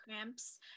cramps